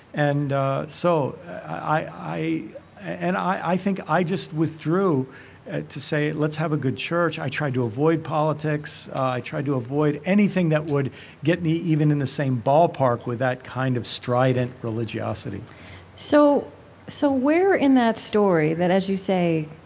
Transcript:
and so i and i think i just withdrew to say let's have a good church. i tried to avoid politics. i tried to avoid anything that would get me even in the same ballpark with that kind of strident religiosity so so where in that story that, as you say,